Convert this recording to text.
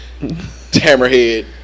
Hammerhead